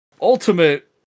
Ultimate